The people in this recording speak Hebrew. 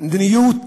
מדיניות